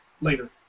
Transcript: later